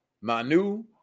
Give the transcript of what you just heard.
Manu